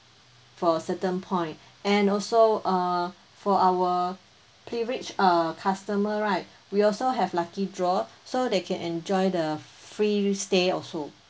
for certain point and also uh for our privilege uh customer right we also have lucky draw so they can enjoy the free stay also